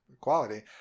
quality